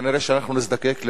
כנראה שאנחנו נזדקק לעוד,